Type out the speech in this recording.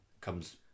comes